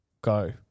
go